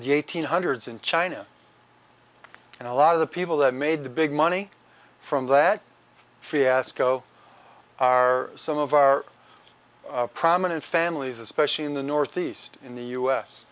the eighteen hundreds in china and a lot of the people that made the big money from that fiasco are some of our prominent families especially in the northeast in the u s